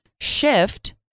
Shift